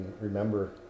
remember